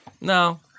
No